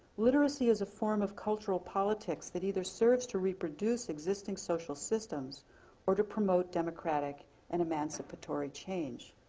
literacy is a form of cultural politics that either serves to reproduce existing social systems or to promote democratic and emancipatory change.